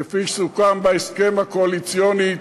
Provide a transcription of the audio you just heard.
כפי שסוכם בהסכם הקואליציוני,